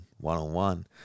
one-on-one